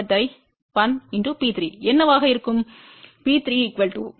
P3என்னவாக இருக்கும்